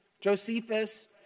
Josephus